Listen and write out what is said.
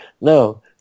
no